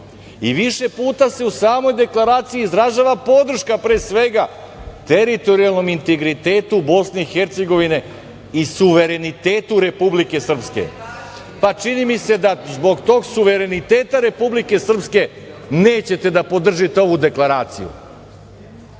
i više puta se u samoj deklaraciji izražava podrška pre svega teritorijalnom integritetu BiH i suverenitetu Republike Srpske. Čini mi se da zbog tog suvereniteta Republike Srpske nećete da podržite ovu deklaraciju.